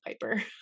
Piper